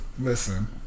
Listen